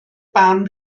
barn